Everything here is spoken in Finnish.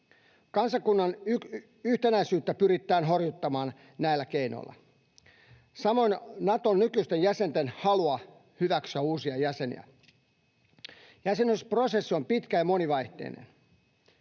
Kansakunnan yhtenäisyyttä pyritään horjuttamaan näillä keinoilla. Samoin Naton nykyisten jäsenten halua hyväksyä uusia jäseniä. Jäsenyysprosessi on pitkä ja monivaiheinen.